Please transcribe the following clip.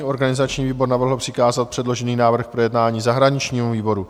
Organizační výbor navrhl přikázat předložený návrh k projednání zahraničnímu výboru.